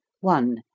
One